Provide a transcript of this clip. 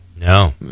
No